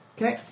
Okay